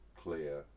clear